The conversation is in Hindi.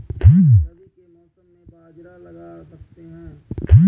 रवि के मौसम में बाजरा लगा सकते हैं?